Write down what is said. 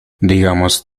digamos